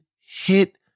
hit